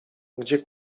gdzie